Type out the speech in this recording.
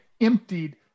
emptied